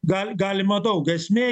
gal galima daug esmė